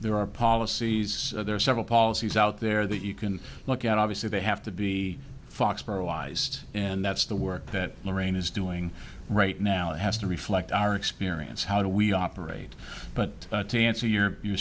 there are policies there are several policies out there that you can look at obviously they have to be fox paralyzed and that's the work that lorraine is doing right now it has to reflect our experience how do we operate but to answer your